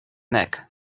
neck